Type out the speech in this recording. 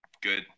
Good